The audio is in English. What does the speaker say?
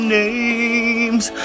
names